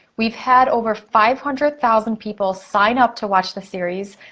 we've had over five hundred thousand people sign up to watch the series,